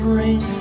rain